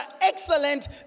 excellent